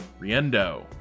Riendo